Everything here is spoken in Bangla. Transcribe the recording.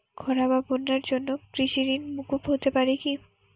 খরা বা বন্যার জন্য কৃষিঋণ মূকুপ হতে পারে কি?